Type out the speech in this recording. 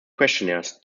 questionnaires